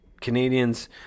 Canadians